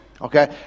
okay